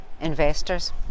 investors